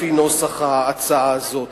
לפי נוסח ההצעה הזאת.